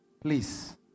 please